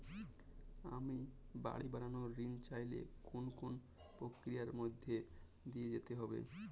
আমি বাড়ি বানানোর ঋণ চাইলে কোন কোন প্রক্রিয়ার মধ্যে দিয়ে যেতে হবে?